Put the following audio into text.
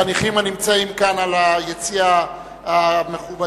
חניכים הנמצאים כאן ביציע המכובדים.